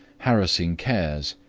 harassing cares,